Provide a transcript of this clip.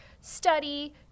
study